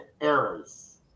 errors